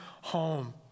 home